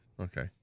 Okay